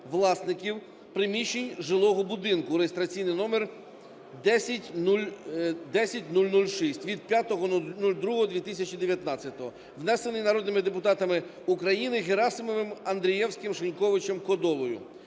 приміщень жилого будинку (реєстраційний номер 10006 від 05.02.2019), внесений народними депутатами України Герасимовим, Андрієвським, Шиньковичем, Кодолою.